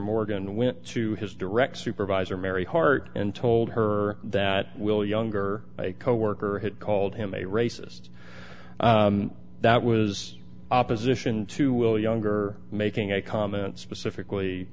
morgan went to his direct supervisor mary hart and told her that will younger coworker had called him a racist that was opposition to will younger making a comment specifically